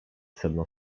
sedno